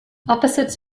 opposites